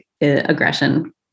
aggression